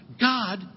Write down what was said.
God